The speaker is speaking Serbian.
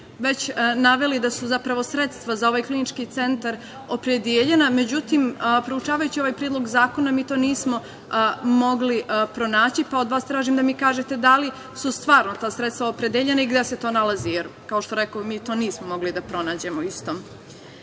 već naveli da su, zapravo, sredstva za ovaj KC opredeljena, međutim, proučavajući ovaj predlog zakona mi to nismo mogli pronaći, pa od vas tražim da mi kažete da li su stvarno ta sredstva opredeljena i gde se to nalazi jer, kao što rekoh, mi to nismo mogli da pronađemo u istom. Dame